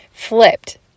flipped